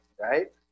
right